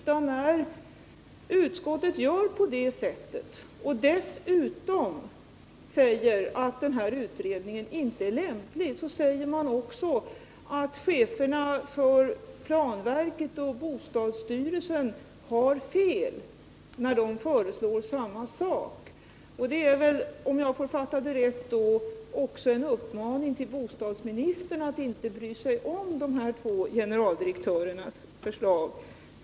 När utskottet gör på det sättet och när man säger att den här utredningen inte är lämplig, säger man också att cheferna för planverket och bostadsstyrelsen har fel när de föreslår samma sak. Det är väl, om jag fattar det rätt, också en uppmaning till bostadsministern att inte bry sig om de här två generaldirektörernas förslag.